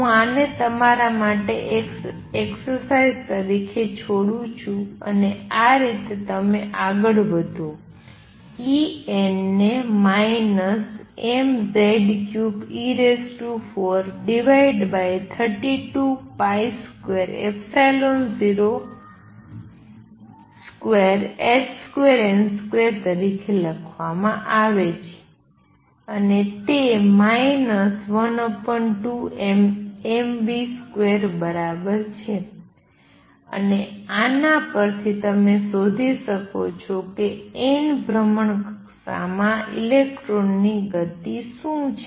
હું આને તમારા માટે એક એકસરસાઈઝ તરીકે છોડું છું અને આ રીતે તમે આગળ વધો En ને mZ2e432202h2n2 તરીકે આપવામાં આવેલ છે અને તે 12mv2 બરાબર છે અને આના પરથી તમે શોધી શકો છો કે n ભ્રમણકક્ષા માં ઇલેક્ટ્રોનની ગતિ શું છે